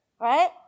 Right